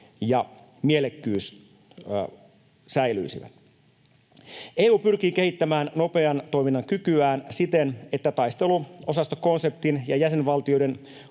ja mielekkyys säilyisivät. EU pyrkii kehittämään nopean toiminnan kykyään siten, että taisteluosastokonseptin ja jäsenvaltioiden